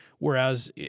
Whereas